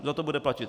Kdo to bude platit?